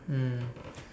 mm